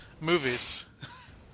movies